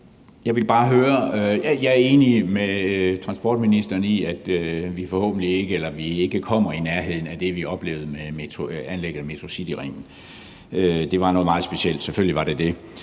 Hyllested (EL): Jeg er enig med transportministeren i, at vi ikke kommer i nærheden af det, vi oplevede med anlægget af Metrocityringen. Det var noget meget specielt, selvfølgelig var det det.